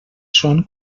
són